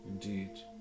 Indeed